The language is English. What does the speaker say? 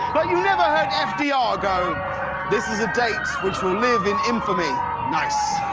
but you never heard f d r. go this is a date which will live in infamy. nice!